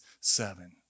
seven